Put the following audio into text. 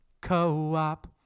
co-op